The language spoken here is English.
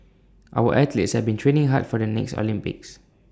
our athletes have been training hard for the next Olympics